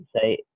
say